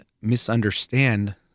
misunderstand